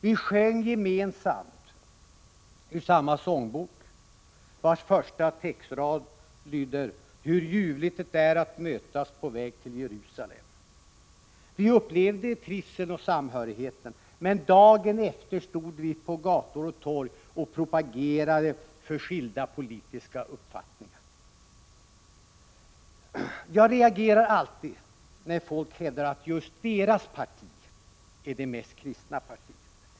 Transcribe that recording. Vi sjöng gemensamt ur samma sångbok en sång vars första textrad lyder ”Hur ljuvligt det är att mötas på väg mot Jerusalem”. Vi upplevde trivseln och samhörigheten, men dagen efter stod vi på gator och torg och propagerade för skilda politiska uppfattningar. Jag reagerar alltid när folk hävdar att just deras parti är det mest kristna partiet.